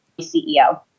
CEO